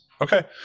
okay